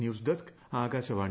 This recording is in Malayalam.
news desk Akashvani